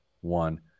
one